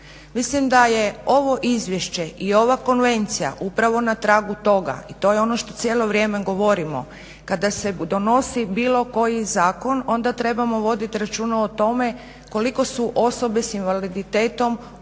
Mislim da je ovo izvješće i ova konvencija upravo na tragu toga i to je ono što cijelo vrijeme govorimo. Kada se donosi bilo koji zakon onda trebamo voditi računa o tome koliko su osobe s invaliditetom u